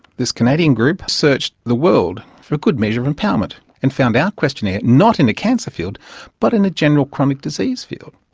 this canadian group searched the world for a good measure of empowerment and found our questionnaire not in a cancer field but in a general chronic disease field,